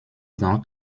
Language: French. dans